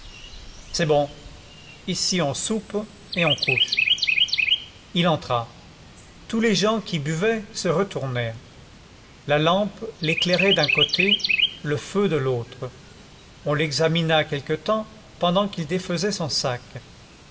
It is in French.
c'est bon ici on soupe et on couche il entra tous les gens qui buvaient se retournèrent la lampe l'éclairait d'un côté le feu de l'autre on l'examina quelque temps pendant qu'il défaisait son sac